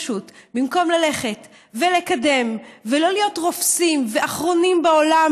פשוט: במקום ללכת ולקדם ולא להיות רופסים ואחרונים בעולם